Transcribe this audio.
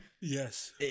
Yes